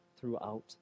throughout